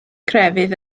crefydd